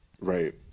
Right